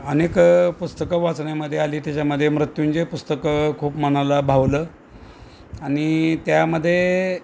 अनेकं पुस्तकं वाचण्यामध्ये आली त्याच्यामध्ये मृत्युंजय पुस्तकं खूप मनाला भावलं आणि त्यामध्ये